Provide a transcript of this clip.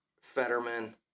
Fetterman